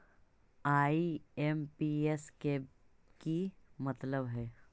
IMPS के कि मतलब है?